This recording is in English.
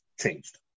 changed